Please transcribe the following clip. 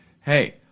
hey